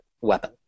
weapon